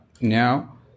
now